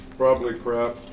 probably crap.